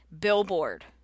billboard